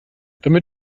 damit